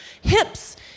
hips